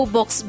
Box